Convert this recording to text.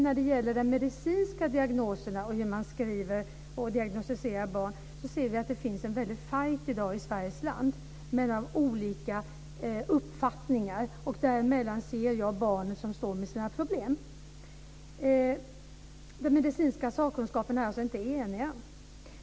När det gäller de medicinska diagnoserna och hur man diagnostiserar barn ser vi att det finns en väldig fight i dag i Sveriges land mellan olika uppfattningar, och däremellan ser jag barnet som står med sina problem. Den medicinska sakkunskapen är alltså inte enig.